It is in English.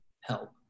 help